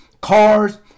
cars